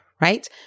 right